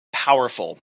powerful